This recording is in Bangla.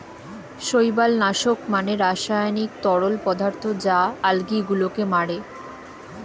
শৈবাল নাশক মানে রাসায়নিক তরল পদার্থ যা আলগী গুলোকে মারে